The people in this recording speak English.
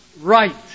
right